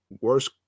worst